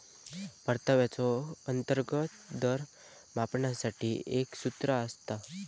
परताव्याचो अंतर्गत दर मापनासाठी एक सूत्र असता